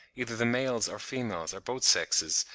either the males or females or both sexes,